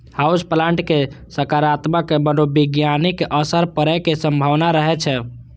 house plant के सकारात्मक मनोवैज्ञानिक असर पड़ै के संभावना रहै छै